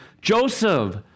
Joseph